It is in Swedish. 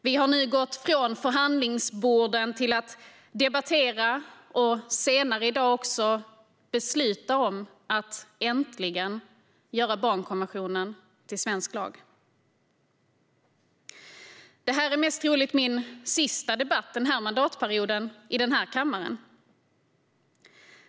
Vi har nu gått från förhandlingsborden till att debattera och senare i dag besluta om att äntligen göra barnkonventionen till svensk lag. Det här är troligen min sista debatt i kammaren den här mandatperioden.